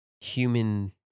human